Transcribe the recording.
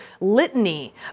litany